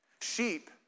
Sheep